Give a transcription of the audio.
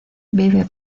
vive